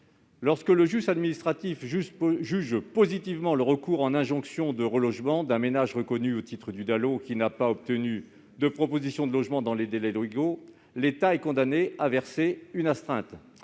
Lorsque le juge administratif statue favorablement sur le recours en injonction de relogement d'un ménage reconnu au titre du DALO qui n'a pas obtenu de proposition de logement dans les délais légaux, l'État est condamné à verser une astreinte.